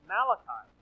Malachi